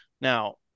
Now